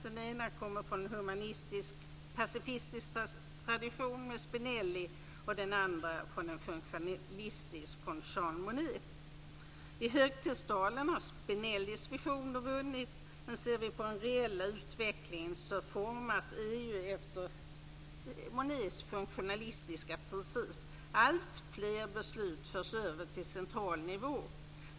Den ena kommer från en humanistisk-pacifistisk tradition som omfattades av Spinelli och den andra från en funktionalistisk vars förespråkare var Jean Monnet. I högtidstalen har Spinellis visioner vunnit. Men ser vi på den reella utvecklingen formas EU efter Monnets funktionalistiska princip. Alltfler beslut förs över till central nivå.